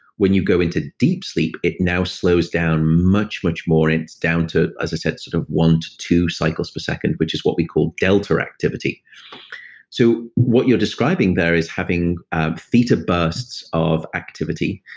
when you go deep sleep, it now slows down much, much more. it's down to, as i said, sort of one to two cycles per second, which is what we call delta activity so what you're describing there is having ah theta bursts of activity.